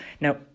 Now